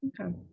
Okay